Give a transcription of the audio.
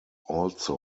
also